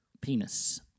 penis